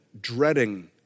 dreading